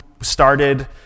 started